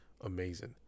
amazing